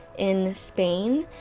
in spain,